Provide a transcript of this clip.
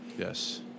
Yes